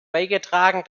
beigetragen